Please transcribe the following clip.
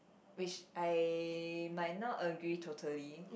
which I might not agree totally